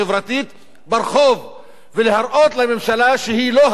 ברחוב ולהראות לממשלה שהיא לא כול יכול.